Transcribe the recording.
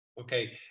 okay